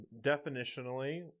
definitionally